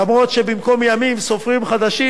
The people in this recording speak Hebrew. אף שבמקום ימים סופרים חודשים.